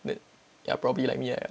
that ya probably like me ah